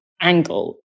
angle